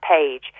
page